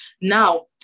Now